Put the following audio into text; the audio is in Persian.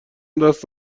دست